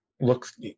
looks